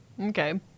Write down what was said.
Okay